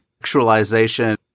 actualization